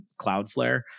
Cloudflare